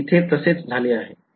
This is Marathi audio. इथे तसेच झाले आहे